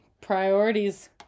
Priorities